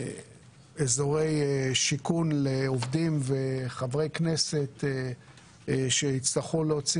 בניית אזורי שיכון לעובדים וחברי כנסת שיצטרכו להוציא